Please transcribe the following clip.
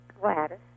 Gladys